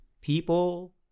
People